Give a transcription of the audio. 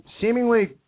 Seemingly